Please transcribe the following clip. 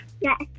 Yes